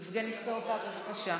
יבגני סובה, בבקשה,